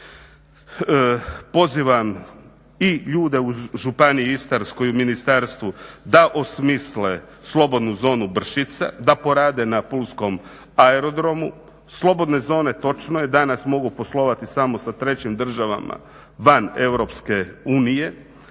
Pozivam i ljude u Županiji istarskoj i u ministarstvu da osmisle slobodnu zonu Bršica, da porade na pulskom aerodromu. Slobodne zone točno je, danas mogu poslovati samo sa trećim državama van Europske unije.